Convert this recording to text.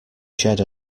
shed